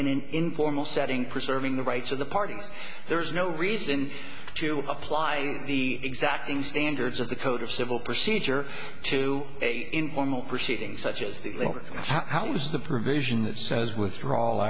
an informal setting preserving the rights of the parties there is no reason to apply the exacting standards of the code of civil procedure to informal proceedings such as the how is the provision that says with ra